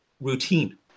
routine